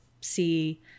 see